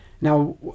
now